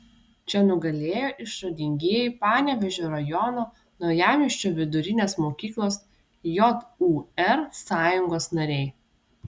čia nugalėjo išradingieji panevėžio rajono naujamiesčio vidurinės mokyklos jūr sąjungos nariai